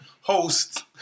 host